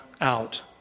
out